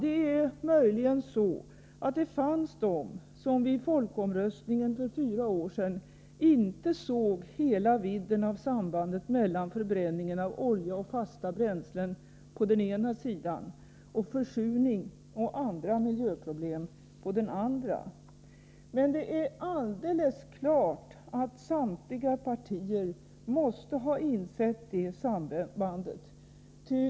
Det är möjligen så att det fanns de som vid folkomröstningen för fyra år sedan inte såg hela vidden av sambandet mellan förbränningen av olja och fasta bränslen å ena sidan och försurning och andra miljöproblem å den andra. Men det är alldeles klart att samtliga partier måste ha insett det sambandet.